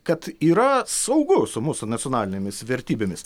kad yra saugu su mūsų nacionalinėmis vertybėmis